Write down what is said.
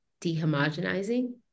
dehomogenizing